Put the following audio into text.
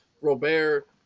Robert